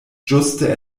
ĝuste